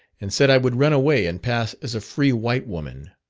and said i would run away and pass as a free white woman.